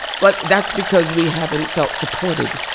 but that's because we haven't felt supported.